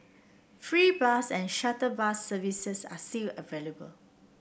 free bus and shuttle bus services are still available